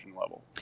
level